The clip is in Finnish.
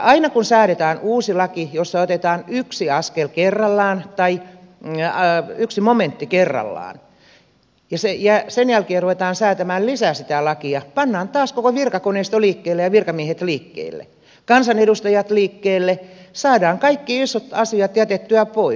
aina kun säädetään uusi laki jossa otetaan yksi askel kerrallaan tai yksi momentti kerrallaan ja sen jälkeen ruvetaan säätämään lisää sitä lakia pannaan taas koko virkakoneisto liikkeelle ja virkamiehet liikkeelle kansanedustajat liikkeelle saadaan kaikki isot asiat jätettyä pois